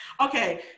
Okay